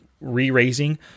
re-raising